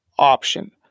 option